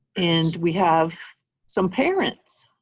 and we have some parents.